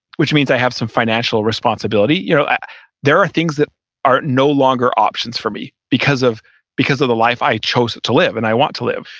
which means i have some financial responsibility. you know there are things that are no longer options for me because of because of the life i chose to live and i want to live.